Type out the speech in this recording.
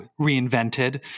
reinvented